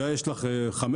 ויש לך 15,